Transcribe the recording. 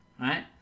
right